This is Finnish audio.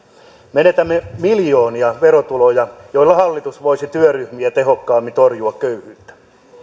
menetämme miljoonia verotuloja joilla hallitus voisi työryhmiä tehokkaammin torjua köyhyyttä